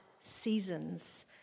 seasons